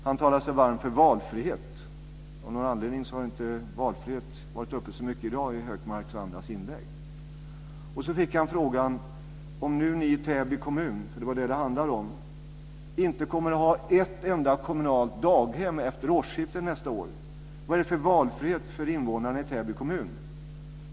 Han talade sig varm för valfrihet. Av någon anledning så har valfrihet inte varit uppe så mycket i dag i Hökmarks och andras inlägg. Kommunalrådet fick följande fråga: Om nu ni i Täby kommun, som det handlade om, inte kommer att ha ett enda kommunalt daghem efter årsskiftet nästa år, vad är det för valfrihet för invånarna i Täby kommun?